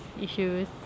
issues